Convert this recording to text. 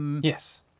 Yes